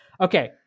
Okay